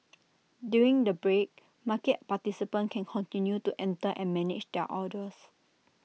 during the break market participants can continue to enter and manage their orders